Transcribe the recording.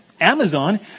Amazon